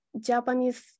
Japanese